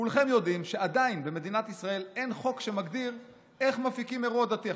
כולכם יודעים שעדיין במדינת ישראל אין חוק שמגדיר איך מפיקים אירוע דתי.